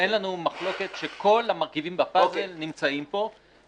אין לנו מחלוקת שכל המרכיבים בפאזל נמצאים פה.